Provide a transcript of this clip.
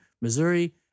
Missouri